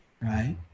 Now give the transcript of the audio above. right